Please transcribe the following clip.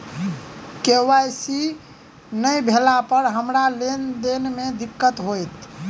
KYC नै भेला पर हमरा लेन देन मे दिक्कत होइत?